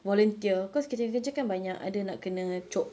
volunteer because kita punya kerja kan banyak ada nak kena chope